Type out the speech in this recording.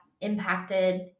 impacted